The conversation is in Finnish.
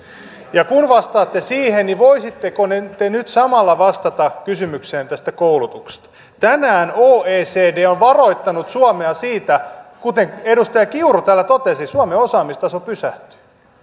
ja kun vastaatte siihen niin voisitteko te nyt samalla vastata kysymykseen tästä koulutuksesta tänään oecd on on varoittanut suomea siitä kuten edustaja kiuru täällä totesi suomen osaamistaso pysähtyy